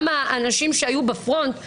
גם האנשים שהיו בפרונט ונחשפו,